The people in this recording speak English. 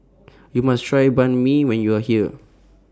YOU must Try Banh MI when YOU Are here